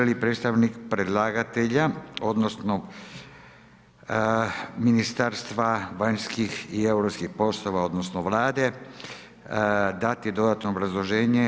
Želi li predstavnik predlagatelja odnosno Ministarstva vanjskih i europskih poslova, odnosno Vlade dati dodatno obrazloženje?